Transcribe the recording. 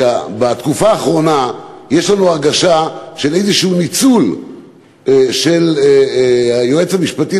זה שבתקופה האחרונה יש לנו הרגשה של איזה ניצול של היועץ המשפטי